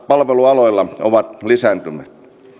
palvelualoilla ovat lisääntymässä